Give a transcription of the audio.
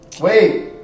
Wait